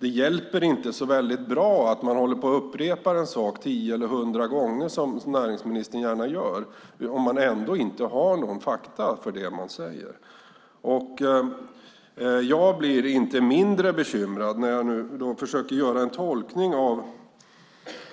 Det hjälper inte så bra att man upprepar en sak tio eller hundra gånger som näringsministern gärna gör om man ändå inte har några fakta för det man säger. Jag blir inte mindre bekymrad när jag här försöker göra en tolkning av